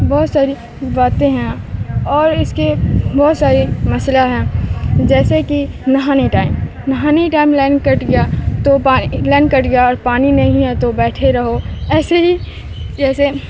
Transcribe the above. بہت ساری باتیں ہیں اور اس کے بہت ساری مسئلہ ہیں جیسے کہ نہانے ٹائم نہانے ٹائم لائن کٹ گیا تو پا لائن کٹ گیا اور پانی نہیں ہے تو بیٹھے رہو ایسے ہی جیسے